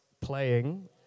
playing